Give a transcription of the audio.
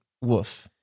woof